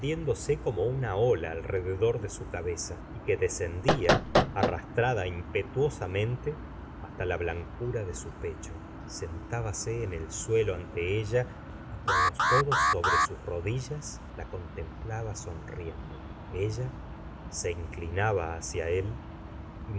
como una ola alrededor de su cabeza y que descendía arrastrada impetuosamente hasta la blancura de su pecho sentábase en el suelo ante ella y con los codos sobre sus rodillas la contemplaba sonriendo ella se inclinaba haci a él